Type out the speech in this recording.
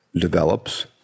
develops